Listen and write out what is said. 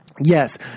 Yes